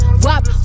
wop